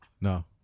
No